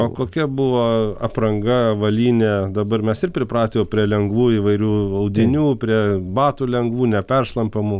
o kokia buvo apranga avalynė dabar mes ir pripratę jau prie lengvų įvairių audinių prie batų lengvų neperšlampamų